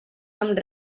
amb